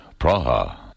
Praha